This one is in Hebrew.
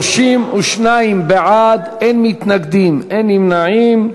32 בעד, אין מתנגדים, אין נמנעים.